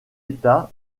états